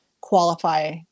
qualify